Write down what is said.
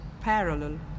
parallel